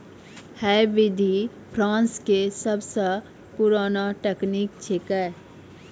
है विधि फ्रांस के सबसो पुरानो तकनीक छेकै